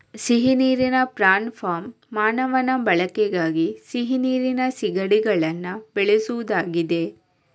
ಸಿಹಿ ನೀರಿನ prawn farm ಮಾನವನ ಬಳಕೆಗಾಗಿ ಸಿಹಿ ನೀರಿನ ಸೀಗಡಿಗಳನ್ನ ಬೆಳೆಸುದಾಗಿದೆ